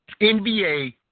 NBA